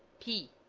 p.